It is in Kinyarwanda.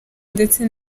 ndetse